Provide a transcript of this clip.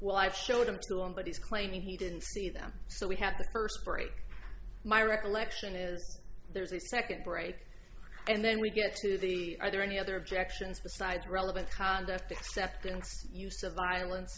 well i showed him so on but he's claiming he didn't see them so we have the first break my recollection is there's a second break and then we get to the are there any other objections besides relevant conduct except in use of violence